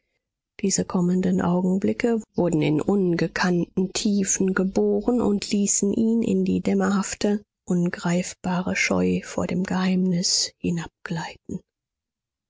diese kommenden augenblicke wurden in ungekannten tiefen geboren und ließen ihn in die dämmerhafte ungreifbare scheu vor dem geheimnis